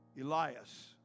Elias